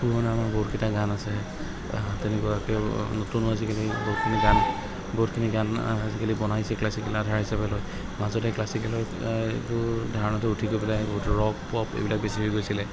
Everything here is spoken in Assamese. পুৰণা আমাৰ বহুতকেইটা গান আছে তেনেকুৱাকৈ নতুনো আজিকালি বহুতখিনি গান বহুতখিনি গান আজিকালি বনাইছে ক্লাছিকেল আধাৰ হিচাপে লৈ মাজতে ক্লাছিকেলৰ একো ধাৰণাটো উঠি গৈ পেলাই আহি ৰক পপ এইবিলাক বেছি হৈ গৈছিলে